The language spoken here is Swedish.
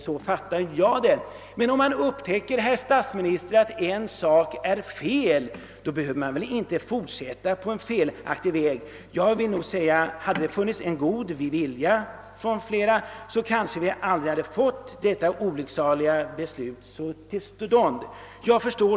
Så fattar jag det. Men, herr statsminister, om man upptäcker att en sak är fel, så behöver man väl inte fortsätta på den felaktiga vägen. Hade det funnits god vilja, hade detta olycksaliga beslut kanske inte fattats.